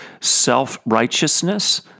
Self-righteousness